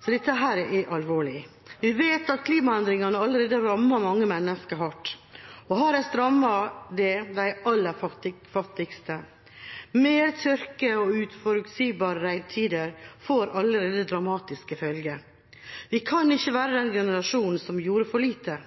Så dette er alvorlig. Vi vet at klimaendringene allerede rammer mange mennesker hardt, og hardest rammet er de aller fattigste. Mer tørke og uforutsigbare regntider får allerede dramatiske følger. Vi kan ikke være den generasjonen som gjorde for lite.